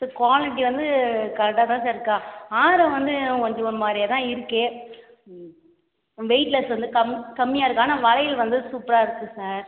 sir quality வந்து கரெக்டாக தான் சார் இருக்குது ஆரம் வந்து கொஞ்சம் ஒரு மாதிரியா தான் இருக்கு ம் வெயிட்லெஸ் வந்து கம் கம்மியாக இருக்குது ஆனால் வளையல் வந்து சூப்பராக இருக்குது சார்